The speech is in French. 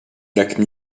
lac